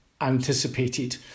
anticipated